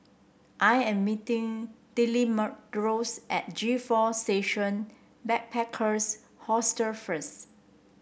I am meeting at G Four Station Backpackers Hostel first